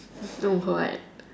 then what